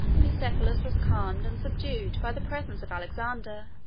bucephalus was calmed and subdued by the presence of alexander.